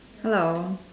hello